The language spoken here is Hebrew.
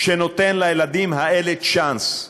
שנותן לילדים האלה צ'אנס.